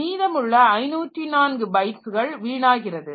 மீதமுள்ள 504 பைட்ஸ்கள் வீணாகிறது